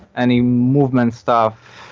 any movement stuff,